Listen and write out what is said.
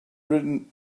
written